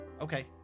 Okay